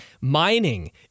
Mining